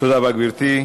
תודה רבה, גברתי.